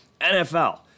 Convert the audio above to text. NFL